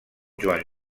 joan